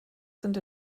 sind